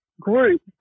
group